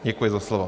Děkuji za slovo.